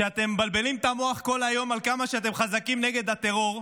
שאתם מבלבלים את המוח כל היום על כמה שאתם חזקים נגד הטרור,